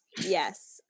yes